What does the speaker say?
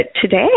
today